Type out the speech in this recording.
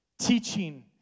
teaching